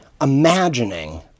imagining